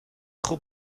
خوب